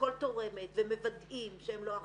כל תורמת ומוודאים שהם לא אחים,